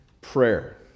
prayer